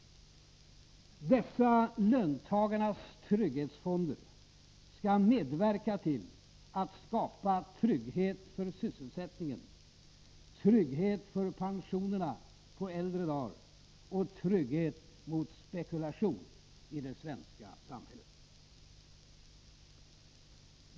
Dessa löntagarnas trygghetsfonder skall medverka till att skapa trygghet för sysselsättningen, trygghet för pensionerna på äldre dar och trygghet mot spekulation i det svenska samhället.